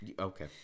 Okay